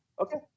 Okay